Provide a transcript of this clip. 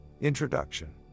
Introduction